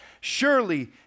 Surely